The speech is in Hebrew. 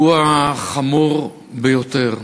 פיגוע חמור ביותר.